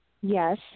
Yes